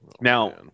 Now